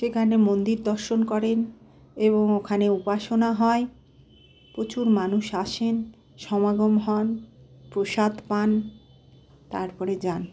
সেখানে মন্দির দর্শন করেন এবং ওখানে উপাসনা হয় প্রচুর মানুষ আসেন সমাগম হন প্রসাদ পান তারপরে যান